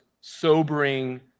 sobering